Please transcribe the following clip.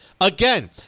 Again